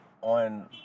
on